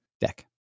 deck